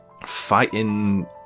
fighting